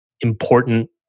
important